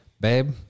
babe